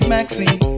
Maxine